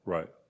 Right